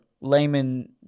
layman